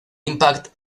impact